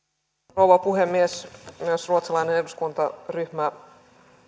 rouva puhemies myös ruotsalainen eduskuntaryhmä